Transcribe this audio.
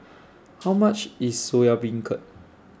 How much IS Soya Beancurd